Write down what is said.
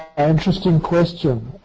um interesting question.